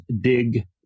dig